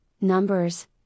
Numbers